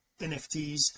nfts